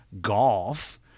golf